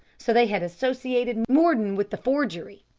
so they had associated mordon with the forgery!